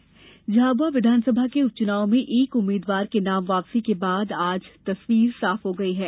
उप चुनाव झाबुआ विधानसभा के उपचुनाव में एक उम्मीदवार के नाम वापसी के बाद आज तस्वीर साफ हो गई है